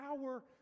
power